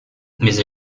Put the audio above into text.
mais